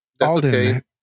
Alden